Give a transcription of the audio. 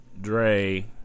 Dre